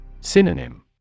Synonym